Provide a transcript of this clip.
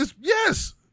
Yes